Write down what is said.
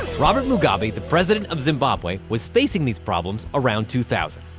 robert mugabe, the president of zimbabwe, was facing these problems around two thousand.